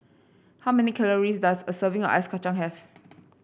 how many calories does a serving of Ice Kacang have